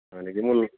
হয় নেকি